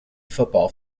football